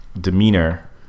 demeanor